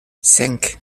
cinq